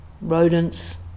rodents